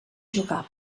jugava